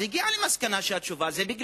אז הוא הגיע למסקנה שהתשובה היא שזה כי